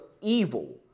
evil